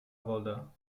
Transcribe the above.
woda